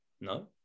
No